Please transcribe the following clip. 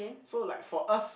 so like for us